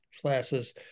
classes